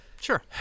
Sure